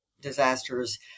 disasters